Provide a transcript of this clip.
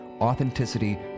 authenticity